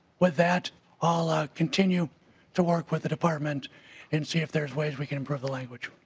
with that i'll ah continue to work with the department and see if there's way we can improve the language.